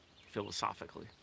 philosophically